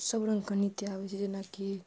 सब रङ्गके नृत्य आबै छै जेनाकि